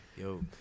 Yo